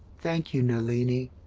thank you, nalini.